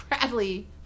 bradley